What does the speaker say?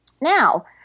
Now